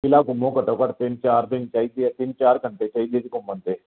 ਕਿਲਾ ਘੁੰਮੋ ਘੱਟੋ ਘੱਟ ਤਿੰਨ ਚਾਰ ਦਿਨ ਚਾਹੀਦੇ ਤਿੰਨ ਚਾਰ ਘੰਟੇ ਚਾਹੀਦੇ ਘੁੰਮਣ ਤੇ